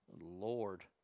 Lord